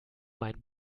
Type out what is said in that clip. mein